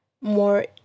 more